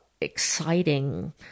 exciting